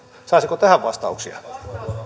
saisiko tähän vastauksia